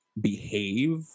behave